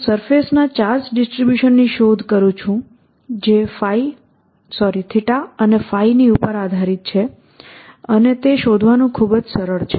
હું સરફેસના ચાર્જ ડિસ્ટ્રીબ્યુશનની શોધ કરું છું જે અને ની ઉપર આધારિત છે અને તે શોધવાનું ખૂબ જ સરળ છે